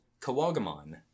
Kawagamon